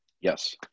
Yes